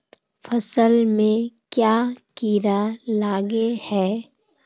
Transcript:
फसल में क्याँ कीड़ा लागे है?